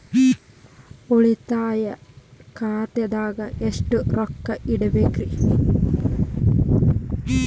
ಉಳಿತಾಯ ಖಾತೆದಾಗ ಎಷ್ಟ ರೊಕ್ಕ ಇಡಬೇಕ್ರಿ?